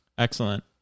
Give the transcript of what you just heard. Excellent